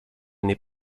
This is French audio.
n’est